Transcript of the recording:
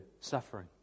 suffering